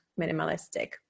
minimalistic